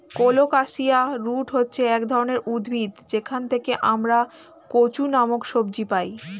colocasia root হচ্ছে এক ধরনের উদ্ভিদ যেখান থেকে আমরা কচু নামক সবজি পাই